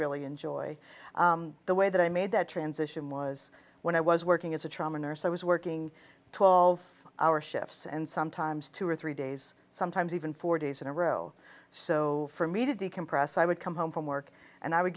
really enjoy the way that i made that transition was when i was working as a trauma nurse i was working twelve hour shifts and sometimes two or three days sometimes even four days in a row so for me to decompress i would come home from work and i would